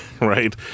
Right